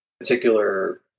particular